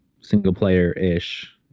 single-player-ish